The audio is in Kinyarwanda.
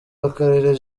w’akarere